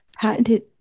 patented